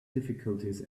difficulties